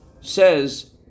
says